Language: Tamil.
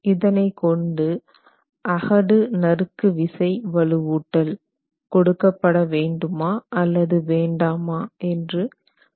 இதனை கொண்டு அகடு நறுக்கு விசை வலுவூட்டல் கொடுக்கப்பட வேண்டுமா அல்லது வேண்டாமா என்று முடிவு செய்கிறோம்